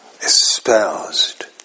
Espoused